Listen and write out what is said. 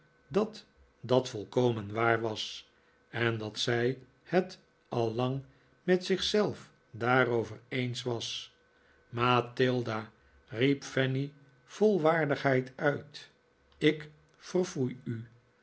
dat dat volkomen waar was en dat zij het al lang met zich zelf daarover eens was mathilda i riep fanny vol waardigheid uit ik verfoei u